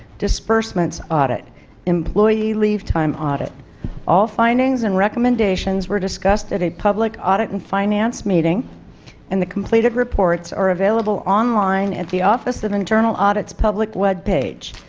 disbursements audit employee leave time audit all findings and recommendations were discussed at a public audit and finance meeting and the completed reports are available online at the office of internal audit's public webpage.